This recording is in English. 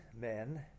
men